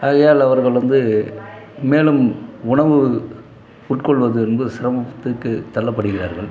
ஆகையால் அவர்கள் வந்து மேலும் உணவு உட்கொள்வது என்பது சிரமத்துக்கு தள்ளப்படுகிறார்கள்